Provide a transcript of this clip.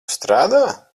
strādā